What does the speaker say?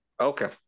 Okay